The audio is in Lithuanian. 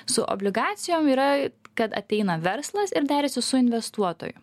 su obligacijom yra kad ateina verslas ir derėsi su investuotoju